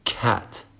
cat